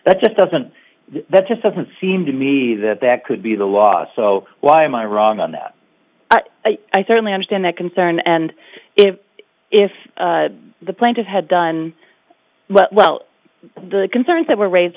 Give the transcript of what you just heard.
that just doesn't that just doesn't seem to me that that could be the law so why am i wrong on that i certainly understand that concern and if if the plaintive had done well the concerns that were raised